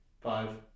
five